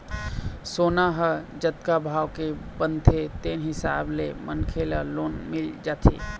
सोना ह जतका भाव के बनथे तेन हिसाब ले मनखे ल लोन मिल जाथे